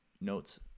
notes